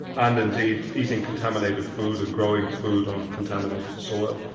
and indeed eating contaminated food and growing food on contaminated soil.